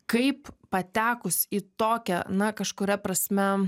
kaip patekus į tokią na kažkuria prasme